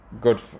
good